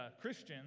Christians